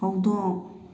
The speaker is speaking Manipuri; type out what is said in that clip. ꯍꯧꯗꯣꯡ